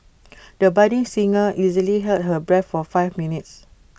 the budding singer easily held her breath for five minutes